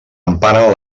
emparen